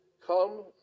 come